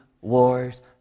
wars